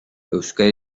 euskara